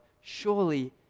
Surely